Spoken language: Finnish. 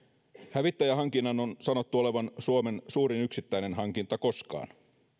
hävittäjähankinnan on sanottu olevan suomen suurin yksittäinen hankinta koskaan